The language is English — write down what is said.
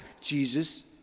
Jesus